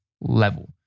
level